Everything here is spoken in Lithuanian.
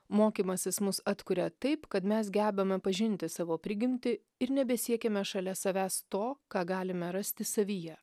mokymasis mus atkuria taip kad mes gebame pažinti savo prigimtį ir nebesiekiame šalia savęs to ką galime rasti savyje